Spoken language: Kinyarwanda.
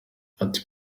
ati